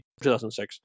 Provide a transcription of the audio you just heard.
2006